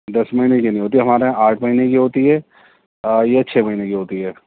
دس مہینے کی نہیں ہوتی ہمارے یہاں آٹھ مہینے کی ہوتی ہے یا چھ مہینے کی ہوتی ہے